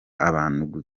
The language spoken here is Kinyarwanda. abantu